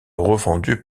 revendu